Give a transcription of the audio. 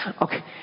okay